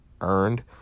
earned